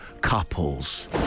couples